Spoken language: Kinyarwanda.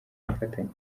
y’ubufatanye